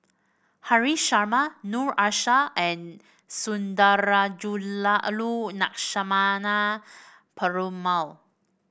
Haresh Sharma Noor Aishah and Sundarajulu Lakshmana Perumal